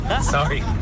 sorry